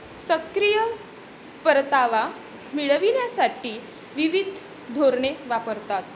सक्रिय परतावा मिळविण्यासाठी विविध धोरणे वापरतात